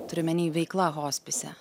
turiu omeny veikla hospise